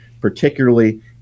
particularly